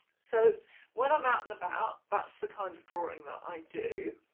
so when i'm out and about that's the kind of drawing that i do